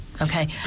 okay